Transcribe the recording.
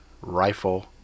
rifle